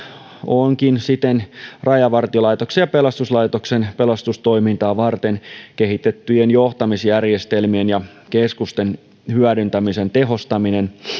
onkin siten rajavartiolaitoksen ja pelastuslaitoksen pelastustoimintaa varten kehitettyjen johtamisjärjestelmien ja keskusten hyödyntämisen tehostaminen